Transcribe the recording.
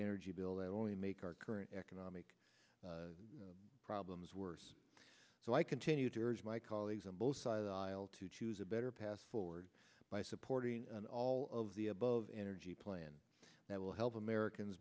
energy bill that only make our current economic problems worse so i continue to urge my colleagues on both sides of the aisle to choose a better path forward by supporting an all of the above energy plan that will help americans